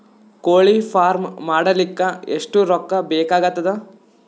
ಕೋಳಿ ಫಾರ್ಮ್ ಮಾಡಲಿಕ್ಕ ಎಷ್ಟು ರೊಕ್ಕಾ ಬೇಕಾಗತದ?